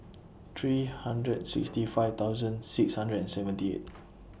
three hundred sixty five thousand six hundred and seventy eight